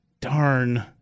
Darn